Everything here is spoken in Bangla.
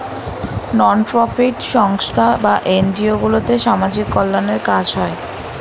নন প্রফিট সংস্থা বা এনজিও গুলোতে সামাজিক কল্যাণের কাজ হয়